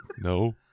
no